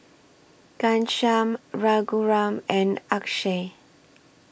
Ghanshyam Raghuram and Akshay